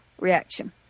reaction